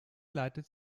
leitet